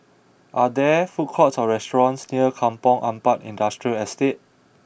are there food courts or restaurants near Kampong Ampat Industrial Estate